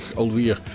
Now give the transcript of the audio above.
alweer